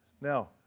Now